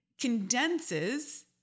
condenses